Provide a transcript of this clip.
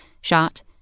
shot